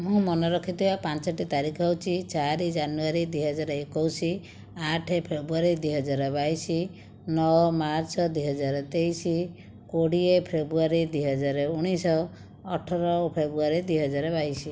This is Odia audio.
ମୁଁ ମନେ ରଖିଥିବା ପାଞ୍ଚଟି ତାରିଖ ହେଉଛି ଚାରି ଜାନୁଆରୀ ଦୁଇ ହଜାର ଏକୋଇଶ ଆଠ ଫେବୃଆରୀ ଦୁଇ ହଜାର ବାଇଶ ନଅ ମାର୍ଚ୍ଚ ଦୁଇ ହଜାର ତେଇଶ କୋଡ଼ିଏ ଫେବୃଆରୀ ଦୁଇ ହଜାର ଉଣେଇଶହ ଅଠର ଫେବୃଆରୀ ଦୁଇ ହଜାର ବାଇଶ